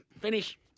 Finish